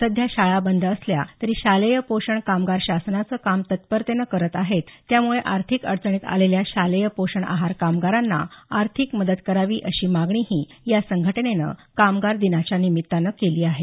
सध्या शाळा बंद असल्या तरी शालेय पोषण कामगार शासनाचं काम तत्परतेने करीत आहेत त्यामुळे आर्थिक अडचणीत आलेल्या शालेय पोषण आहार कामगारांना आर्थिक मदत करावी अशी मागणीही या संघटनेनं कामगार दिनाच्या निमित्तानं केली आहे